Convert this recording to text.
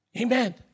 Amen